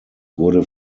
wurde